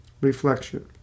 reflection